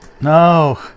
No